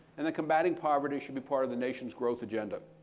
and that combating poverty should be part of the nation's growth agenda.